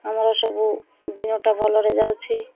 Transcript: ଆମର ସବୁ ଦିନଟା ଭଲରେ ଯାଉଛି